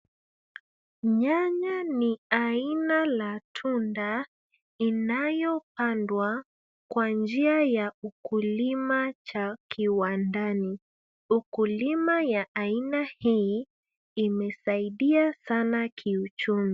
Nyanya ni aina la tunda inayopandwa kwa njia ya ukulima cha kiwandani. Ukulima wa aina hii imesaidia sana kiuchumi.